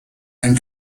and